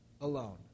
alone